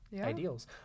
ideals